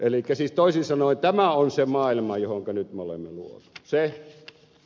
siis toisin sanoen tämä on se maailma johonka nyt me olemme luodut